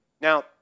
Now